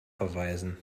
verweisen